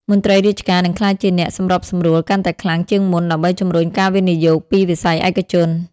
មន្ត្រីរាជការនឹងក្លាយជាអ្នកសម្របសម្រួល កាន់តែខ្លាំងជាងមុន ដើម្បីជំរុញការវិនិយោគពីវិស័យឯកជន។